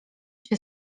się